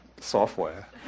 software